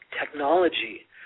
technology